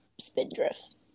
Spindrift